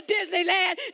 Disneyland